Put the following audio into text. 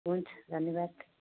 हुन्छ धन्यवाद